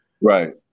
right